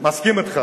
אני יודע שאמת